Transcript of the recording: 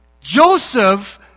Joseph